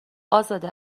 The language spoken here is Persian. ازاده